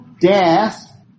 death